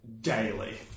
daily